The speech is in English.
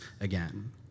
again